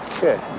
Good